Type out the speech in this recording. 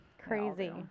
Crazy